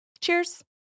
Cheers